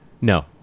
No